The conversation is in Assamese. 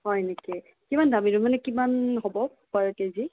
হয় নেকি কিমান দাম এইটো মানে কিমান হ'ব পাৰ কেজি